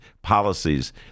policies